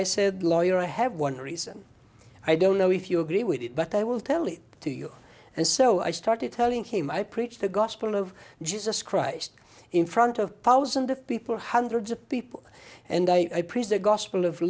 i said lawyer i have one reason i don't know if you agree with it but i will tell it to you and so i started telling him i preach the gospel of jesus christ in front of thousands of people hundreds of people and i preach the gospel of